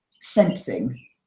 sensing